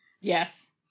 Yes